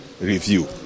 review